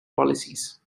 policies